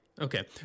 Okay